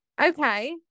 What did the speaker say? okay